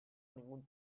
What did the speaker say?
ningún